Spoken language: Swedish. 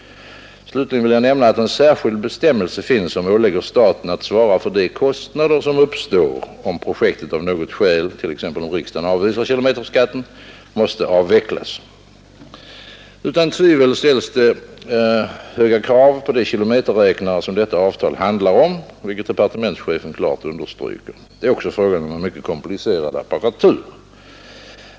Slutligen vill jag nämna att en särskild bestämmelse finns som ålägger staten att svara för de kostnader som uppstår om projektet av något skäl, t.ex. om riksdagen avvisar kilometerskatten, måste avvecklas. Utan tvivel ställs det höga krav på de kilometerräknare som detta avtal handlar om, vilket departementchefen klart understryker. Det är också fråga om en mycket komplicerad apparatur.